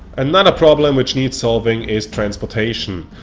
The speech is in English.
and and problem which needs solving is transportation.